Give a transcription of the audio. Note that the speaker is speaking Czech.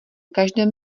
každém